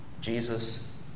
Jesus